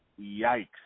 Yikes